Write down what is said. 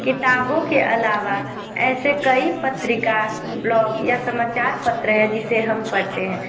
किताबों के अलावा ऐसे कई पत्रिका ब्लॉग या समाचार पत्र हैं जिसे हम पढ़ते हैं